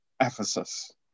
Ephesus